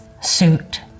suit